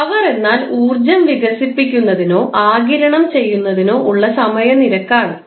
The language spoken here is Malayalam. പവർ എന്നാൽ ഊർജ്ജം വികസിപ്പിക്കുന്നതിനോ ആഗിരണം ചെയ്യുന്നതിനോ ഉള്ള സമയനിരക്ക് ആണ്